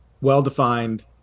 well-defined